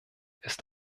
ist